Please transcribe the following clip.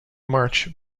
march